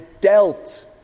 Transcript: dealt